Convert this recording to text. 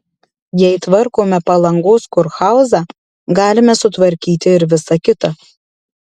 jei tvarkome palangos kurhauzą galime sutvarkyti ir visa kita